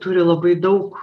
turi labai daug